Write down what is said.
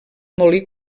molí